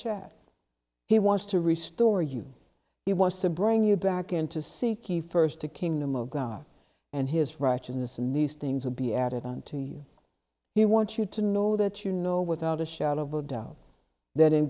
chat he wants to restore you he wants to bring you back in to seek ye first the kingdom of god and his righteousness and these things will be added unto you he wants you to know that you know without a shadow of a doubt that in